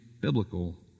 biblical